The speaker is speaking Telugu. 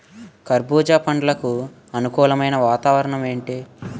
కర్బుజ పండ్లకు అనుకూలమైన వాతావరణం ఏంటి?